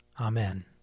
Amen